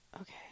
Okay